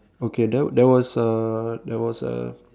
okay there there was a there was a